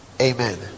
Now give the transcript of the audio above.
Amen